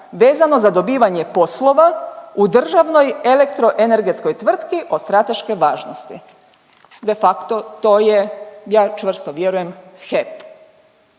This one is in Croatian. vezano za dobivanje poslova u državnoj elektroenergetskoj tvrtki od strateške važnosti. De facto, to je ja čvrsto vjerujem HEP.